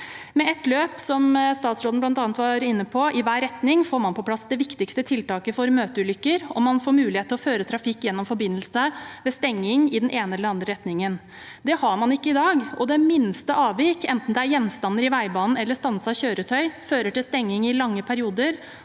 får man, som statsråden bl.a. var inne på, på plass det viktigste tiltaket for møteulykker, og man får mulighet til å føre trafikk gjennom forbindelse der ved stengning i den ene eller andre retningen. Det har man ikke i dag, og det minste avvik, enten det er gjenstander i veibanen eller et stanset kjøretøy, fører til stengning i lange perioder